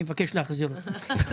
אני מבקש להחזיר אותו.